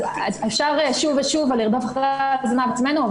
אז אפשר שוב ושוב לרדוף אחרי הזנב של עצמנו,